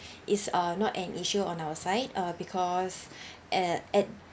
is uh not an issue on our side uh because uh at